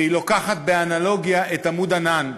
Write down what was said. והיא לוקחת באנלוגיה את "עמוד ענן",